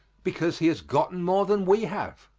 because he has gotten more than we have.